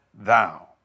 thou